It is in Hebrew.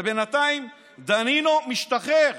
בינתיים דנינו משתחרר.